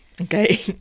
okay